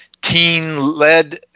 teen-led